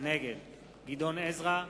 נגד גדעון עזרא,